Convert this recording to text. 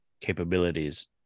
capabilities